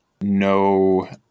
no